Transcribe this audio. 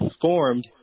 formed